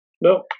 No